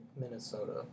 Minnesota